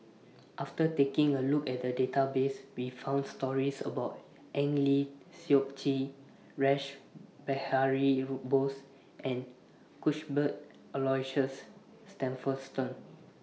after taking A Look At The Database We found stories about Eng Lee Seok Chee Rash Behari Bose and Cuthbert Aloysius Shepherdson